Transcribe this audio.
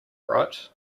right